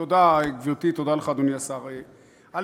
תודה, גברתי, תודה לך, אדוני השר, א.